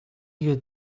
you